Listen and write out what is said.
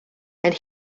and